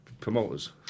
promoters